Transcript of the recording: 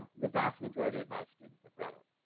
the vast majority of my students have read it,